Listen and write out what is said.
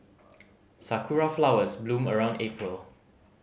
sakura flowers bloom around April